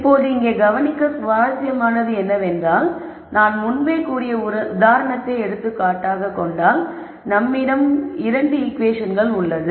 இப்போது இங்கே கவனிக்க சுவாரஸ்யமானது என்னவென்றால் நான் முன்பே கூறிய உதாரணத்தை எடுத்துக் காட்டாக கொண்டால் நம்மிடம் இரண்டு ஈகுவேஷன்கள் உள்ளது